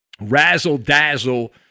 razzle-dazzle